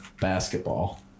basketball